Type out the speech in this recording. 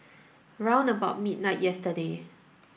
round about midnight yesterday